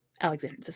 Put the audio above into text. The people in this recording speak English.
Alexander